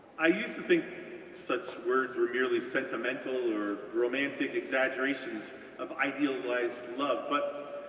i used to think such words were merely sentimental or romantic exaggerations of idealized love, but,